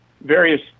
various